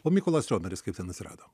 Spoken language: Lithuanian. o mykolas riomeris kaip ten atsirado